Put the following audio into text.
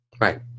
Right